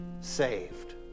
saved